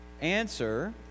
answer